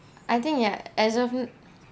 I think ya as of